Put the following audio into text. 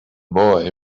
boy